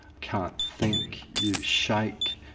can't think, you shake,